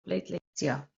bleidleisio